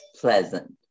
pleasant